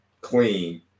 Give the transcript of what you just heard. clean